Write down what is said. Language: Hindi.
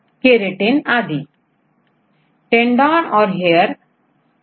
मेंब्रेन प्रोटीन का उदाहरण देखते हैं यह लिपिड एनवायरनमेंट मैं मेंब्रेन मैं एंबेडेड रहते हैं